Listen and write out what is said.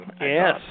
Yes